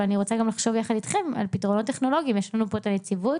אני רוצה לחשוב יחד אתכם על פתרונות טכנולוגיים יש לנו פה את הנציבות,